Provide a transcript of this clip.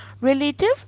relative